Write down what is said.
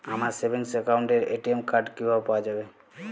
আমার সেভিংস অ্যাকাউন্টের ATM card কিভাবে পাওয়া যাবে?